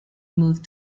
moved